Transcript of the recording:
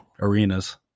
arenas